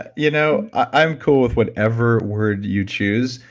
you know, i'm cool with whatever word you choose,